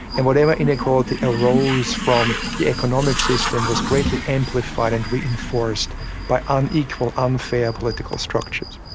and whatever inequality arose from the economic system was greatly amplified and reinforced by unequal, unfair political structures.